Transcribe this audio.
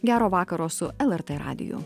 gero vakaro su lrt radiju